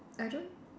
I don't